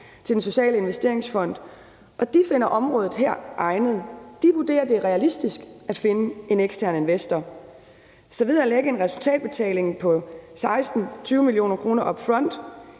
til Den Sociale Investeringsfond, og de finder området her egnet. De vurderer, at det er realistisk at finde en ekstern investor. Man skal lægge en resultatbetaling på 16-20 mio. kr. up front